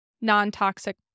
non-toxic